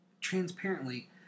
transparently